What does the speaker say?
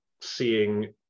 seeing